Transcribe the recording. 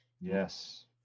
yes